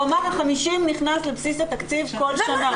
הוא אמר ה-50 נכנס לבסיס התקציב כל שנה.